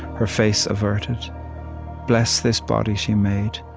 her face averted bless this body she made,